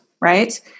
right